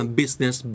business